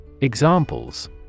Examples